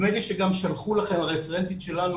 שהרפרנטית שלנו,